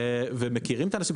והם מכירים את האנשים.